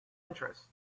interest